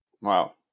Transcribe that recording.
Wow